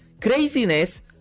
craziness